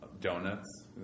Donuts